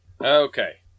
Okay